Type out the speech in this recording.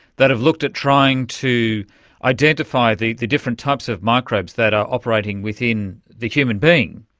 that have looked at trying to identify the the different types of microbes that are operating within the human being.